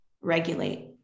regulate